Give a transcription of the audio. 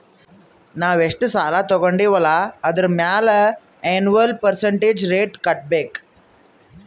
ನಾವ್ ಎಷ್ಟ ಸಾಲಾ ತೊಂಡಿವ್ ಅಲ್ಲಾ ಅದುರ್ ಮ್ಯಾಲ ಎನ್ವಲ್ ಪರ್ಸಂಟೇಜ್ ರೇಟ್ ಕಟ್ಟಬೇಕ್